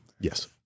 Yes